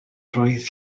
roedd